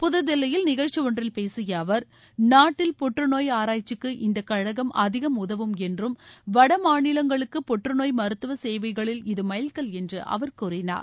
புதுதில்லியில் நிகழ்ச்சி ஒன்றில் பேசிய அவர் நாட்டில் புற்றுநோய் ஆராய்ச்சிக்கு இந்த கழகம் அதிகம் உதவும் என்று வடமாநிலங்களுக்கு புற்றுநோய் மருத்துவசேவைகளில் இது எமல்கல் என்று அவர் கூறினார்